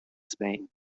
spain